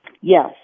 Yes